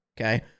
okay